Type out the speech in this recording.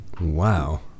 wow